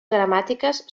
gramàtiques